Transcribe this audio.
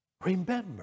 Remember